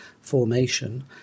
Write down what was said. formation